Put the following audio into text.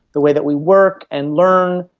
the way that we work and learn,